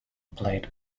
played